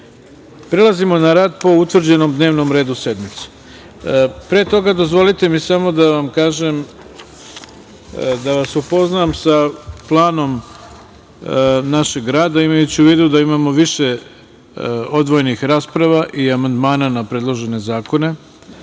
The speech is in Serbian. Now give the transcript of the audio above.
na rad po utvrđenom dnevnom redu sednice. Pre toga, dozvolite mi samo da vas upoznam sa planom našeg rada, imajući u vidu da imamo više odvojenih rasprava i amandmana na predložene zakone. Mi